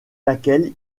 laquelle